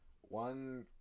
one